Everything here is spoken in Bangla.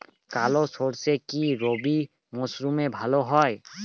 কালো সরষে কি রবি মরশুমে ভালো হয়?